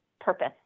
purpose